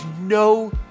no